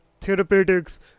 therapeutics